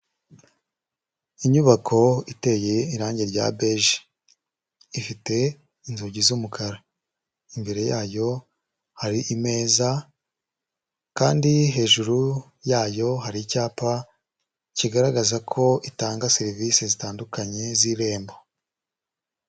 Inyubako iteye irange rya beje, ifite inzugi z'umukara, imbere yayo hari imeza kandi hejuru yayo hari icyapa kigaragaza ko itanga serivisi zitandukanye z'irembo.